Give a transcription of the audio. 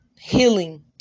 Healing